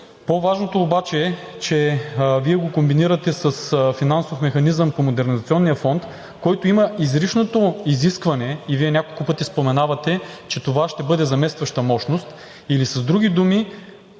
По-важното обаче е, че Вие го комбинирате с финансов механизъм по модернизационния фонд, който има изричното изискване – и Вие няколко пъти споменавате, че това ще бъде заместваща мощност, или с други думи,